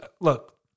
Look